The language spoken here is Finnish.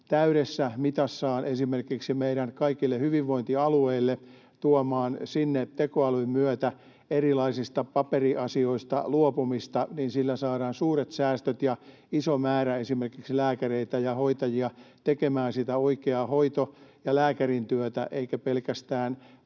täydessä mitassaan esimerkiksi meidän kaikille hyvinvointialueille tuomaan sinne tekoälyn myötä erilaisista paperiasioista luopumista, niin sillä saadaan suuret säästöt ja iso määrä esimerkiksi lääkäreitä ja hoitajia tekemään sitä oikeaa hoito- ja lääkärintyötä eikä pelkästään